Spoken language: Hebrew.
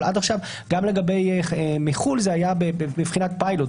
אבל עד עכשיו גם מחו"ל זה היה בבחינת פיילוט,